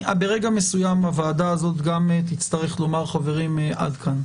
ברגע מסוים הוועדה הזאת גם תצטרך לומר עד כאן.